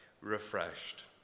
refreshed